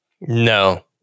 No